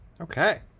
Okay